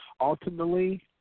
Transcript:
Ultimately